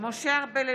משה ארבל,